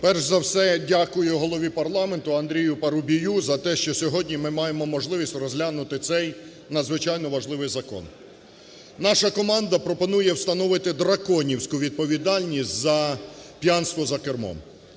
Перш за все я дякую Голові парламенту Андрію Парубію за те, що сьогодні ми маємо можливість розглянути цей надзвичайно важливий закон. Наша команда пропонує встановити драконівську відповідальність за п'янство за кермом.